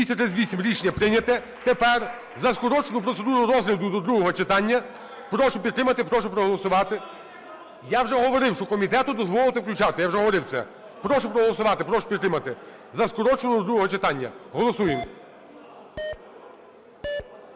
13:37:16 За-238 Рішення прийнято. Тепер за скорочену процедуру розгляду до другого читання. Прошу підтримати, прошу проголосувати. (Шум у залі) Я вже говорив, що комітету дозволити включати, я вже говорив це. Прошу проголосувати, прошу підтримати. За скорочену до другого читання. Голосуємо.